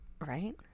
Right